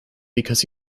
because